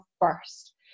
first